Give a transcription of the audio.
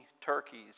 turkeys